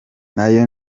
nayo